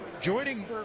joining